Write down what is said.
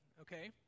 okay